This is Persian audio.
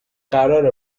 قرار